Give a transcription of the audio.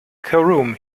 cairum